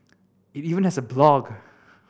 it even has a blog